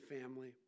family